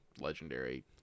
legendary